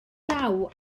law